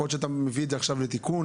יכול להיות שאתה מביא את זה עכשיו לתיקון,